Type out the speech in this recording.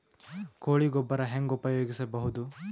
ಕೊಳಿ ಗೊಬ್ಬರ ಹೆಂಗ್ ಉಪಯೋಗಸಬಹುದು?